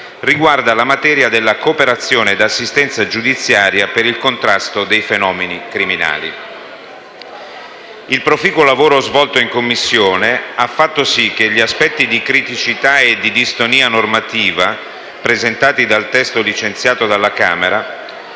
riguarda la materia della cooperazione ed assistenza giudiziaria per il contrasto dei fenomeni criminali. Il proficuo lavoro svolto in Commissione ha fatto sì che gli aspetti di criticità e di distonia normativa presenti nel testo licenziato dalla Camera